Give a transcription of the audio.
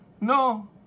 No